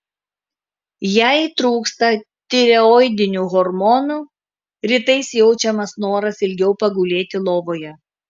jei trūksta tireoidinių hormonų rytais jaučiamas noras ilgiau pagulėti lovoje